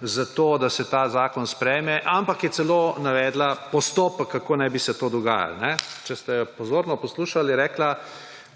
za to, da se ta zakon sprejme, ampak je celo navedla postopek, kako naj bi se to dogajalo. Če ste jo pozorno poslušali, je rekla,